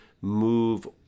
move